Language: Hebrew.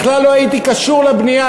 בכלל לא הייתי קשור לבנייה,